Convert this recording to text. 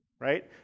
right